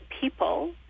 people